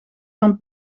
van